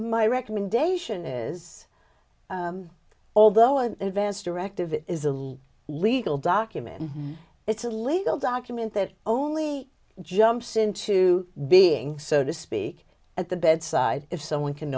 my recommendation is although an advance directive is a legal document it's a legal document that only jumps into being so to speak at the bedside if someone can